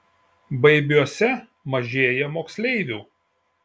baibiuose mažėja moksleivių